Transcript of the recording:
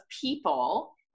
people